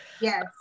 Yes